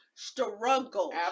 struggle